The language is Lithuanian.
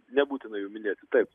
nebūtina jų minėti taip